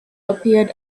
appeared